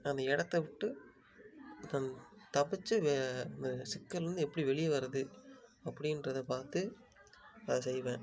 அந்த இடத்த விட்டு தா தப்புச்சு வே சிக்கல்ல இருந்து எப்படி வெளியே வர்றது அப்படின்றத பார்த்து அதை செய்வேன்